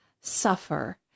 suffer